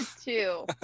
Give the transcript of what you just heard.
two